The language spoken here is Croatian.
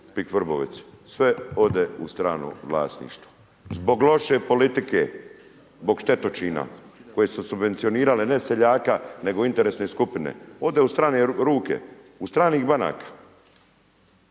sve ode u strano vlasništvo zbog loše politike, zbog štetočina koje su subvencionirale ne seljaka nego interesne skupine, ode u strane ruke, u stranih banaka.